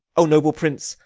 o noble prince.